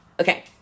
okay